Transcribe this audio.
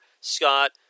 Scott